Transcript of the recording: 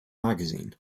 magazine